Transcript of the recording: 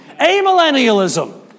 Amillennialism